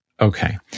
Okay